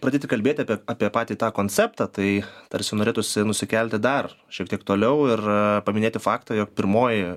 pradėti kalbėti apie apie patį tą konceptą tai tarsi norėtųsi nusikelti dar šiek tiek toliau ir paminėti faktą jog pirmoji